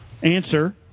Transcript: Answer